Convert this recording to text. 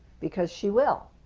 because she will.